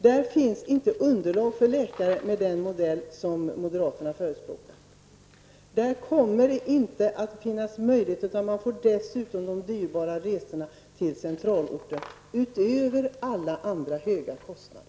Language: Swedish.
Det finns inte läkarunderlag för den modell som moderaterna förespråkar. Man får dessutom dyra resor till centralorter utöver alla andra höga kostnader.